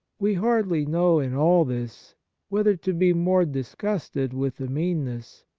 we hardly know in all this whether to be more disgusted with the meanness,